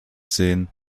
sehen